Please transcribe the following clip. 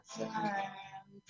time